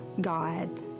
God